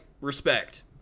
respect